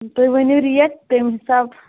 تُہۍ ؤنِو ریٹ تَمہِ حساب